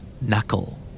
Knuckle